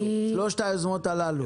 שלוש היוזמות הללו.